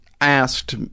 asked